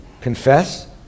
confess